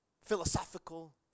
philosophical